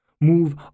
move